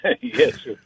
Yes